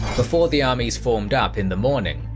before the armies formed up in the morning,